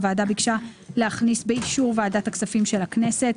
הוועדה ביקשה להכניס את "באישור ועדת הכספים של הכנסת".